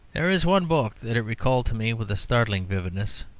there is one book that it recalled to me with startling vividness,